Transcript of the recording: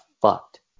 fucked